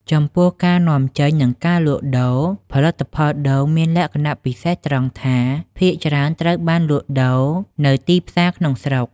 ចំពោះការនាំចេញ និងការលក់ដូរ ផលិតផលដូងមានលក្ខណៈពិសេសត្រង់ថា ភាគច្រើនត្រូវបានលក់ដូរនៅទីផ្សារក្នុងស្រុក។